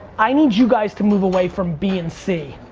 i need you guys to move away from b and c.